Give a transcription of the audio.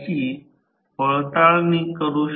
तर त्या प्रकरणात V2 मिळेल सोडवल्यानंतर R1 193